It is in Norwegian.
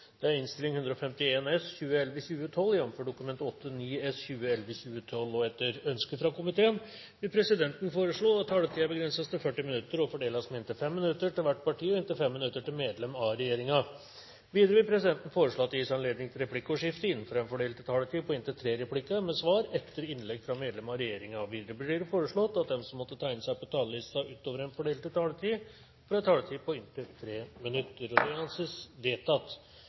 det av stor betydning at vi får en lovfestet, fullverdig nettolønnsordning for sjøfolk. Flere har ikke bedt om ordet til sak nr. 2. Etter ønske fra næringskomiteen vil presidenten foreslå at taletiden begrenses til 40 minutter og fordeles med inntil 5 minutter til hvert parti og inntil 5 minutter til medlem av regjeringen. Videre vil presidenten foreslå at det gis anledning til replikkordskifte på inntil tre replikker med svar etter innlegg fra medlem av regjeringen innenfor den fordelte taletid. Videre vil det bli foreslått at de som måtte tegne seg på talerlisten utover den fordelte taletid, får en taletid på inntil 3 minutter. – Det anses vedtatt.